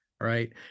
right